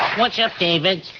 what's yeah up, david?